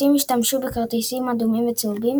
השופטים השתמשו בכרטיסים אדומים וצהובים